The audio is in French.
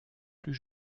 plus